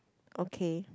okay